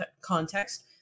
context